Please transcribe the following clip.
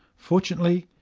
fortunately,